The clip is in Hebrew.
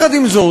עם זאת,